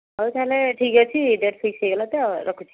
ହଉ ତା'ହେଲେ ଠିକ୍ ଅଛି ଡେଟ୍ ଫିକ୍ସ୍ ହୋଇଗଲା ତ ରଖୁଛି